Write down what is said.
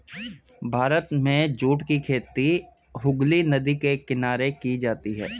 भारत में जूट की खेती हुगली नदी के किनारे की जाती है